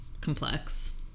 complex